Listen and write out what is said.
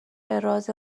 راز